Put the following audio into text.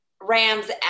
Rams